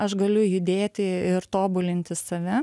aš galiu judėti ir tobulinti save